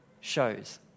shows